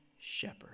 shepherd